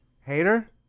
hater